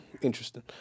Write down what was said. Interesting